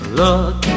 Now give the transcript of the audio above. look